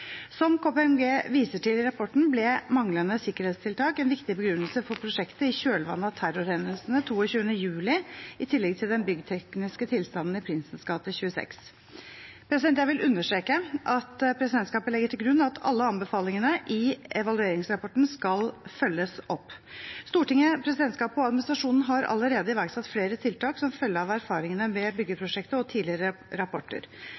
Som KPMG viser til i rapporten, ble manglende sikkerhetstiltak en viktig begrunnelse for prosjektet i kjølvannet av terrorhendelsene 22. juli, i tillegg til den byggtekniske tilstanden i Prinsens gate 26. Jeg vil understreke at presidentskapet legger til grunn at alle anbefalingene i evalueringsrapporten skal følges opp. Stortinget, presidentskapet og administrasjonen har allerede iverksatt flere tiltak som følge av erfaringene med byggeprosjektet og tidligere rapporter.